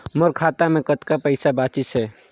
मोर खाता मे कतना पइसा बाचिस हे?